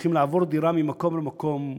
שצריכות לעבור דירה ממקום למקום.